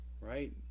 Right